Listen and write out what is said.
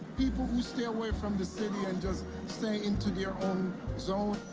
people who stay away from the city, and just stay into their own zone.